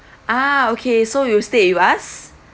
ah okay so you stayed with us